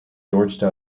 george